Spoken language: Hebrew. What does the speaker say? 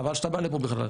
חבל שאתה בא לפה בכלל.